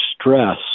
stress